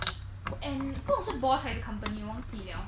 and 不懂是 boss 还是 company 忘记 liao